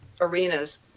arenas